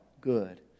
good